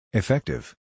effective